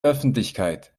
öffentlichkeit